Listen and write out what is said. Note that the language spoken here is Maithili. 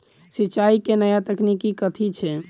सिंचाई केँ नया तकनीक कथी छै?